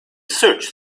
search